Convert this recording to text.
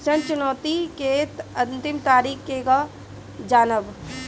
ऋण चुकौती के अंतिम तारीख केगा जानब?